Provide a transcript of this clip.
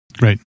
right